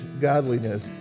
godliness